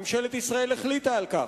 ממשלת ישראל החליטה על כך.